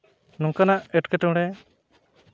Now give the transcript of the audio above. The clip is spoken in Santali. ᱱᱚᱝᱠᱟᱱᱟᱜ ᱮᱸᱴᱠᱮᱴᱚᱬᱮ